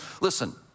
listen